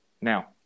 now